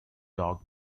dogg